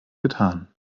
getan